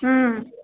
ହୁଁ